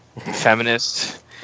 feminist